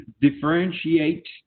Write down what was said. differentiate